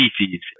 species